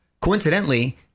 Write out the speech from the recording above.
coincidentally